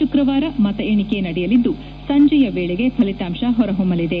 ಶುಕ್ರವಾರ ಮತ ಎಣಿಕೆ ನಡೆಯಲಿದ್ದು ಸಂಜೆಯ ವೇಳೆಗೆ ಫಲಿತಾಂಶ ಹೊರಹೊಮ್ಮಲಿದೆ